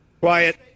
Quiet